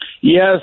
Yes